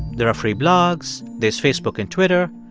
there are free blogs. there's facebook and twitter.